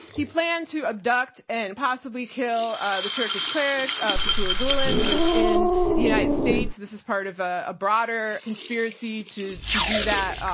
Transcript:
he planned to abduct and possibly kill ah the turkish cleric ah fethullah gulen, who was in the united states. this is part of a ah broader conspiracy to to do that,